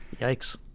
Yikes